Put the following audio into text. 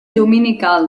dominical